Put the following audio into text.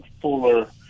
fuller